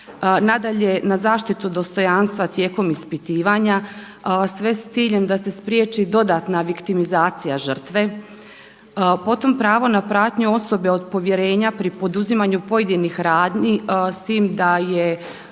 nadalje na zaštitu dostojanstva tijekom ispitivanja sve s ciljem da se spriječi dodatna viktimizacija žrtve, potom pravo na pratnju osobe od povjerenja pri poduzimanju pojedinih radnji, s tim da je